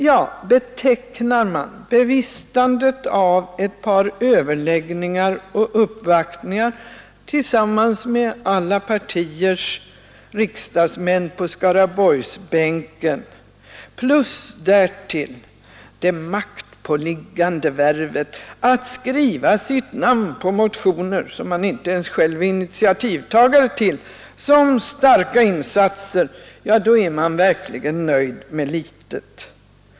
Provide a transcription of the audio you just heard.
Ja, betecknar man bevistandet av ett par överläggningar och uppvaktningar tillsammans med alla partiers riksdagsmän på Skaraborgsbänken plus därtill det maktpåliggande värvet att skriva sitt namn på motioner som man inte ens själv är initiativtagare till, såsom starka insatser, då är man verkligen nöjd med litet!